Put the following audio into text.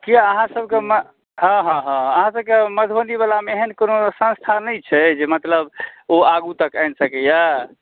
किए अहाँसभके हँ हँ अहाँसभके मधबनी वला मे एहन कोनो संस्था नहि छै जे मतलब ओ आगू तक आनि सकैया